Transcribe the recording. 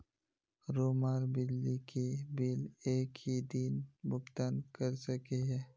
Room आर बिजली के बिल एक हि दिन भुगतान कर सके है?